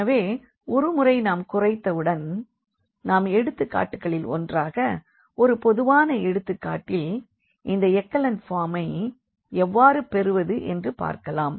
எனவே ஒருமுறை நாம் குறைத்தவுடன் நாம் எடுத்துக்காட்டுகளில் ஒன்றாக ஒரு பொதுவான எடுத்துக்காட்டில் இந்த எக்கலன் ஃபார்மை எவ்வாறு பெறுவது என்று பார்க்கலாம்